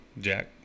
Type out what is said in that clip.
Jack